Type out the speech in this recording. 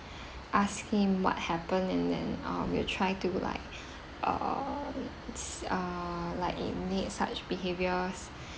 ask him what happened and then uh we'll try to like uh s~ uh like he made such behavior